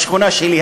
בשכונה שלי,